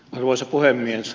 arvoisa puhemies